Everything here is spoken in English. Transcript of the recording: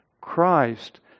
Christ